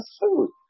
food